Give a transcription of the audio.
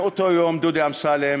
מאותו יום, דודי אמסלם,